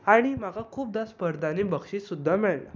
आनी म्हाका खूबदां स्पर्धांनी बक्षीस सुद्दां मेळ्ळें